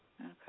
Okay